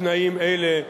בתנאים אלה,